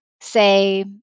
say